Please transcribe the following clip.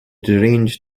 deranged